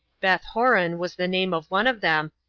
beth-horon was the name of one of them,